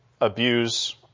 abuse